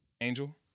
Angel